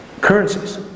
currencies